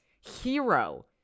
hero